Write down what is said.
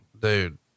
Dude